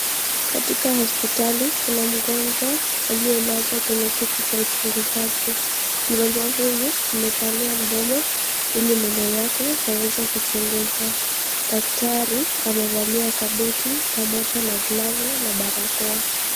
Katika hospitali kuna mgonjwa, aliye lazwa kwenye kiti cha uchunguzaji, mgonjwa huyu amepanua mdomo, ili meno yake yaweze kuchunguzwa, daktari amevalia kabuti, pamoja na glavu na barakoa.